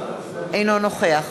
אינו נוכח